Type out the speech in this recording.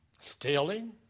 Stealing